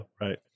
right